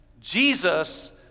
Jesus